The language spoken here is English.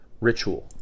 ritual